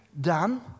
done